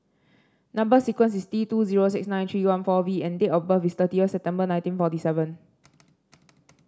number sequence is T two zero six nine three one four V and date of birth is thirtieth September nineteen forty seven